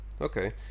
Okay